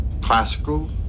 Classical